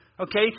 Okay